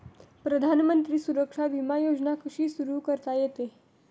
प्रधानमंत्री सुरक्षा विमा योजना कशी सुरू करता येते?